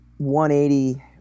180